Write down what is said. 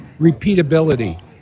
repeatability